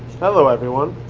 hello, everyone.